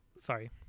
Sorry